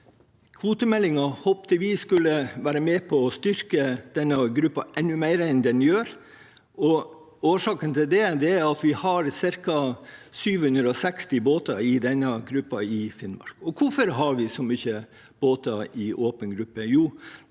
kvotemeldingen skulle være med på å styrke denne gruppen enda mer enn den gjør. Årsaken til det er at vi har ca. 760 båter i denne gruppen i Finnmark. Hvorfor har vi så mange båter i åpen gruppe?